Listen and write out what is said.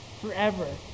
forever